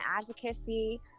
advocacy